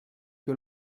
que